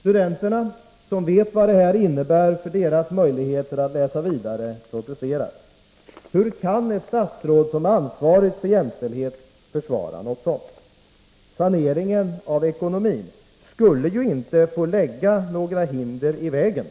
Studenterna som vet vad det här innebär för deras möjligheter att läsa vidare protesterar. Hur kan ett statsråd som är ansvarig för jämställdhet försvara något 113 sådant? Saneringen av ekonomin skulle ju inte få lägga några hinder i vägen